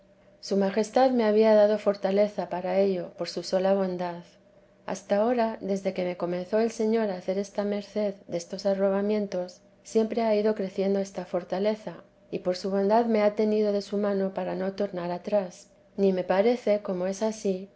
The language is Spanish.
su majestad me había dado fortaleza para ello por su sola bondad hasta ahora desde que me comenzó el señor a hacer esta merced destos arrobamientos siempre ha ido creciendo esta fortaleza y por su bondad me ha tenido de su mano para no tornar atrás ni me parece como es ansí